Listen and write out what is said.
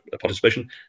participation